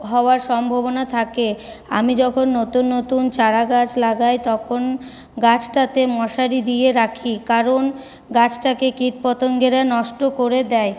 হওয়ার সম্ভাবনা থাকে আমি যখন নতুন নতুন চারা গাছ লাগাই তখন গাছটাতে মশারি দিয়ে রাখি কারণ গাছটাকে কীট পতঙ্গেরা নষ্ট করে দেয়